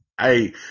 Hey